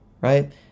right